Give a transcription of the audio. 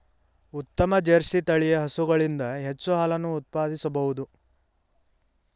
ಉತ್ತಮ ಜರ್ಸಿ ತಳಿಯ ಹಸುಗಳಿಂದ ಹೆಚ್ಚು ಹಾಲನ್ನು ಉತ್ಪಾದಿಸಬೋದು